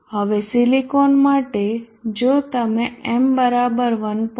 હવે સિલિકોન માટે જો તમે m 1